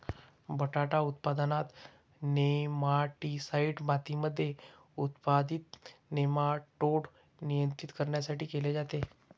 बटाटा उत्पादनात, नेमाटीसाईड मातीमध्ये उत्पादित नेमाटोड नियंत्रित करण्यासाठी केले जाते